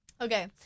okay